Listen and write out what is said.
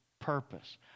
purpose